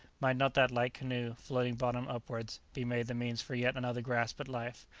might not that light canoe, floating bottom upwards, be made the means for yet another grasp at life?